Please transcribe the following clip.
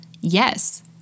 Yes